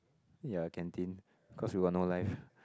ya canteen cause you got no life